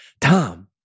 Tom